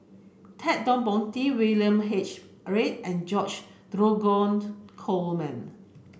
Ted De Ponti William H a Read and George Dromgold Coleman